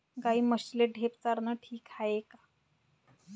गाई म्हशीले ढेप चारनं ठीक हाये का?